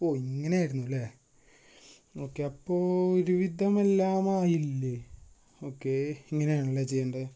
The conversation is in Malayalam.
ഓ ഇങ്ങനെയായിരുന്നു അല്ലേ ഓക്കെ അപ്പോൾ ഒരുവിധമെല്ലാമായില്ലേ ഓക്കെ ഇങ്ങനെയാണല്ലേ ചെയ്യേണ്ടത്